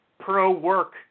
pro-work